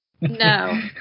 No